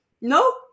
no